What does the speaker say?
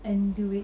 and do it